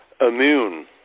immune